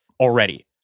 already